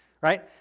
right